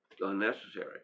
unnecessary